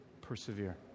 persevere